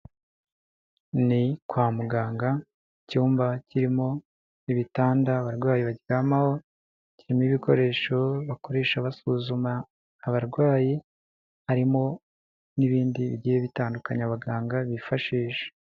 Ni kwa muganga, icyumba kirimo ibitanda abarwayi baryamaho, kirimo ibikoresho bakoresha basuzuma abarwayi, harimo n'ibindi bigiye bitandukanye abaganga bifashisha.